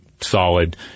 solid